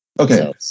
Okay